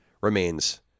remains